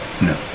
No